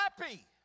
happy